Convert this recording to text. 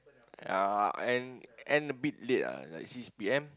uh and and a bit late ah like six P_M